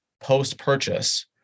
post-purchase